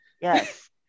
yes